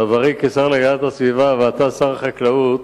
בעברי כשר להגנת הסביבה, כשאתה שר החקלאות,